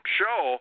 show